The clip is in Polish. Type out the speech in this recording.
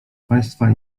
państwa